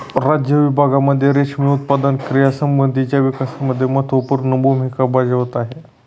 राज्य विभागांमध्ये रेशीम उत्पादन क्रियांसंबंधीच्या विकासामध्ये महत्त्वपूर्ण भूमिका बजावत आहे